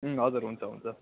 हजुर हुन्छ हुन्छ